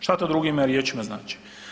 Šta to drugim riječima znači?